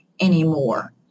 anymore